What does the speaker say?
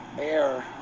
air